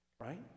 right